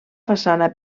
façana